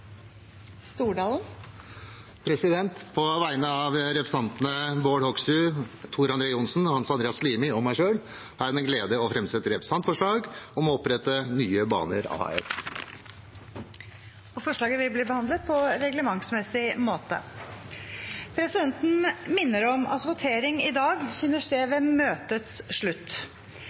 På vegne av representantene Bård Hoksrud, Tor André Johnsen, Hans Andreas Limi og meg selv har jeg den glede å framsette representantforslag om å opprette Nye Baner AS. Forslaget vil bli behandlet på reglementsmessig måte. Presidenten minner om at votering i dag finner sted ved møtets slutt.